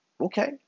Okay